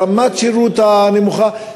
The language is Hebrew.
רמת השירות הנמוכה,